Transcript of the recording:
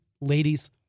ladies